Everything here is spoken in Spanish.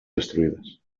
destruidas